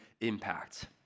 impact